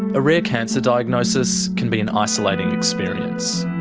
a rare cancer diagnosis can be an isolating experience.